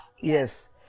Yes